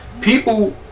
People